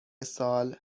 سال